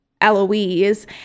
Eloise